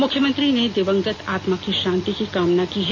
मुख्यमंत्री ने दिवंगत आत्मा की शांति की कामना की है